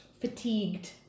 Fatigued